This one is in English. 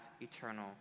eternal